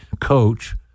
coach